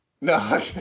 No